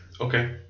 Okay